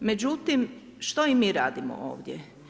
Međutim što i mi radimo ovdje?